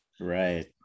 Right